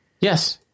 Yes